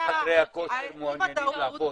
רוב חדרי הכושר מעוניינים לעבוד.